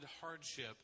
hardship